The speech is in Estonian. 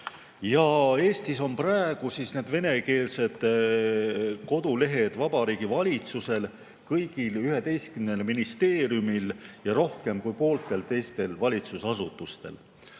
Eestis on praegu venekeelsed kodulehed Vabariigi Valitsusel, kõigil 11 ministeeriumil ja rohkem kui pooltel teistel valitsusasutustel.